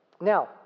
Now